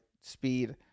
Speed